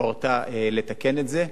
הורתה לתקן את זה,